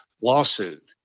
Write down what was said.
lawsuit